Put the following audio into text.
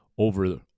over